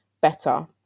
better